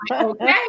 okay